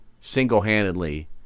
single-handedly